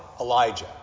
Elijah